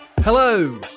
Hello